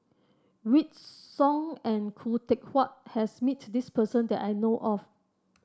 Wykidd Song and Khoo Teck Puat has met this person that I know of